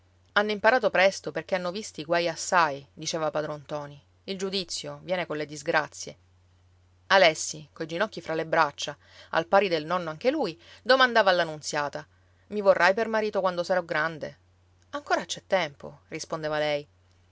hanno imparato presto perché hanno visti guai assai diceva padron ntoni il giudizio viene colle disgrazie alessi coi ginocchi fra le braccia al pari del nonno anche lui domandava alla unziata i vorrai per marito quando sarò grande ancora c'è tempo rispondeva lei